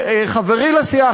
חברי לסיעה,